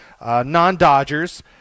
non-Dodgers